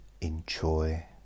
enjoy